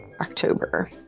October